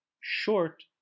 short